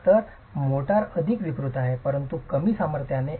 तर मोर्टार अधिक विकृत आहे परंतु कमी सामर्थ्याने